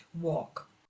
walk